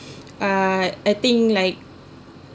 uh I think like